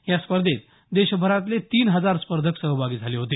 या स्पर्धेत देशभरातले तीन हजार स्पर्धक सहभागी झाले होते